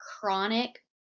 chronic